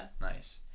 nice